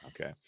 Okay